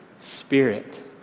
Spirit